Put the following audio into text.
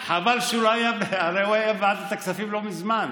הרי הוא היה בוועדת הכספים לא מזמן.